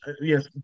Yes